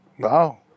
wow